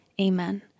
Amen